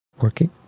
working